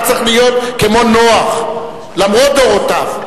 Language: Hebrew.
אתה צריך להיות כמו נח, למרות דורותיו.